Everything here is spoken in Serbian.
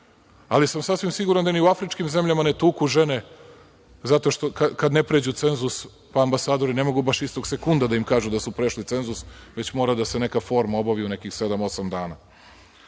ali sam sasvim siguran da ni u afričkim zemljama ne tuku žene kada ne pređu cenzus, pa ambasadori ne mogu baš istog sekunda da im kažu da su prešli cenzus, već mora da se neka forma obavi, od nekih sedam